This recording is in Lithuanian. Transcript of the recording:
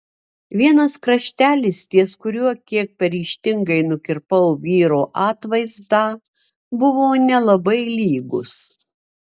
vienas kraštelis ties kuriuo kiek per ryžtingai nukirpau vyro atvaizdą buvo nelabai lygus